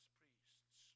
priests